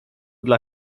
dla